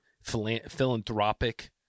philanthropic